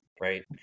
Right